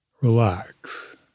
relax